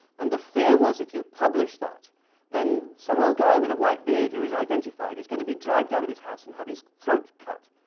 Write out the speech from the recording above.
and the fear was if you publish that then some old guy with a white beard who is identified is gonna be dragged out of his house and have his throat cut.